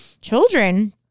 children